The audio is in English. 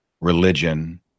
religion